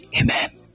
amen